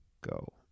go